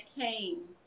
came